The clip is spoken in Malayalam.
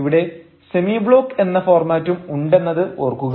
ഇവിടെ സെമി ബ്ലോക്ക് എന്ന ഫോർമാറ്റും ഉണ്ടെന്നത് ഓർക്കുക